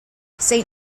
saint